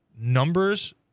numbers